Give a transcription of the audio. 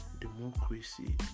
democracy